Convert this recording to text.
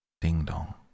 ding-dong